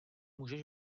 můžeš